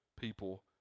people